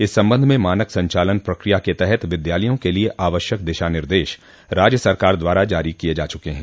इस संबंध में मानक संचालन प्रक्रिया के तहत विद्यालयों के लिये आवश्यक दिशा निर्देश राज्य सरकार द्वारा जारी किये जा चुके हैं